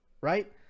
right